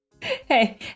Hey